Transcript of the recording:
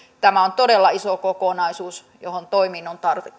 tämä on todella iso kokonaisuus joten toimiin on